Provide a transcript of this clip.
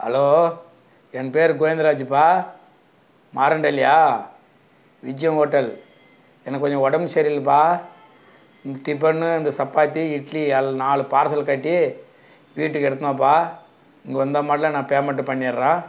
hello என் பேர் கோவிந்தராஜுப்பா மாரண்டஹள்ளியா விஜயன் ஹோட்டல் எனக்கு கொஞ்சம் உடம்பு சரியில்லப்பா டிஃபனு அந்த சப்பாத்தி இட்லி அதில் நாலு பார்சல் கட்டி வீட்டுக்கு எடுத்துன்னுவாப்பா இங்கே வந்தமாட்டில் நான் பேமெண்ட்டு பண்ணிவிடுறேன்